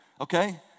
okay